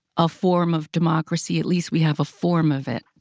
a form of democracy? at least we have a form of it.